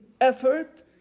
effort